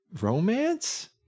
romance